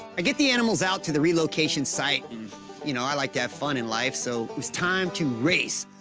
i get the animals out to the relocation site, and you know, i like to have fun in life, life, so it's time to race.